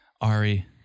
Ari